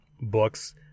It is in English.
books